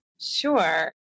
Sure